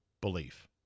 belief